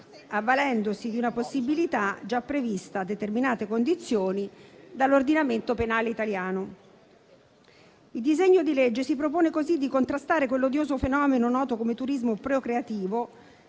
avvalendosi di una possibilità già prevista a determinate condizioni dall'ordinamento penale italiano. Il disegno di legge si propone così di contrastare quell'odioso fenomeno noto come turismo procreativo,